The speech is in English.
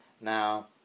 now